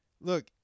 Look